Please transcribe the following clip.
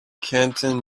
canton